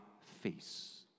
face